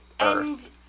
earth